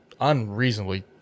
unreasonably